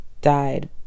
died